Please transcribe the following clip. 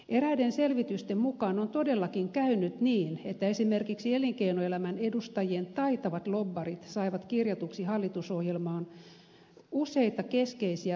eräiden selvitysten mukaan on todellakin käynyt niin että esimerkiksi elinkeinoelämän edustajien taitavat lobbarit saivat kirjatuksi hallitusohjelmaan useita keskeisiä tavoitteitaan